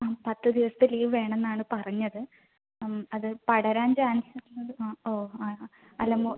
ആ പത്ത് ദിവസത്ത ലീവ് വേണമെന്ന് ആണ് പറഞ്ഞത് അത് പടരാൻ ചാൻസ് ആ ഓ ആ അല്ല